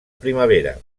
primavera